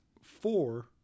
four